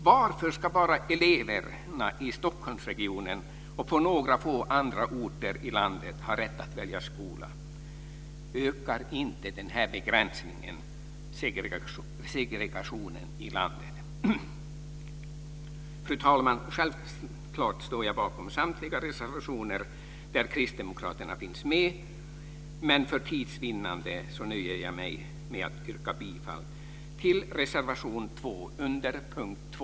Varför ska bara eleverna i Stockholmsregionen och på några få andra orter i landet ha rätt att välja skola? Ökar inte den här begränsningen segregationen i landet? Fru talman! Självklart står jag bakom samtliga reservationer där kristdemokraterna finns med, men för tids vinnande nöjer jag mig med att yrka bifall till reservation 2 under punkt 2.